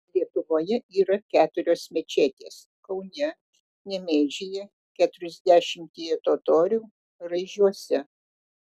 lietuvoje yra keturios mečetės kaune nemėžyje keturiasdešimtyje totorių raižiuose